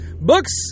Books